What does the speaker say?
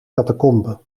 catacomben